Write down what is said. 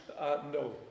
No